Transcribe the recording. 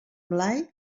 blai